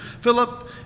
Philip